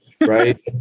right